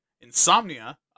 insomnia